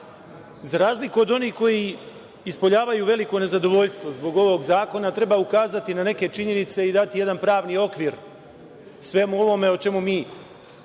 razliku od onih koji ispoljavaju veliko nezadovoljstvo zbog ovog zakona, treba ukazati na neke činjenice i dati jedan pravni okvir svemu ovome o čemu mi